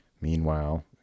Meanwhile